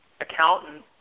accountant